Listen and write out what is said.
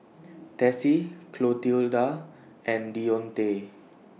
Tessie Clotilda and Deontae